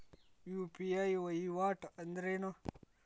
UPI ವಹಿವಾಟ್ ಅಂದ್ರೇನು?